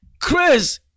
Chris